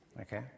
Okay